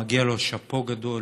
מגיע לו שאפו גדול